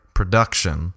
production